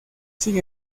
sin